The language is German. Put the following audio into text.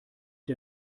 der